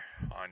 On